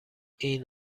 این